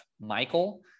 Michael